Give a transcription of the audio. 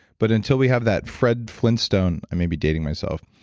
but until we have that fred flintstone, i may be dating myself,